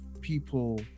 people